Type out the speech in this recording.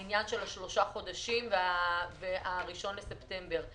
העניין של השלושה חודשים וה-1 בספטמבר.